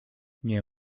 nie